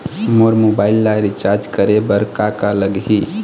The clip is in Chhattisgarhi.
मोर मोबाइल ला रिचार्ज करे बर का का लगही?